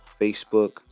Facebook